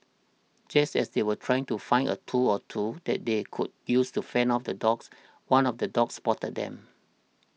just as they were trying to find a tool or two that they could use to fend off the dogs one of the dogs spotted them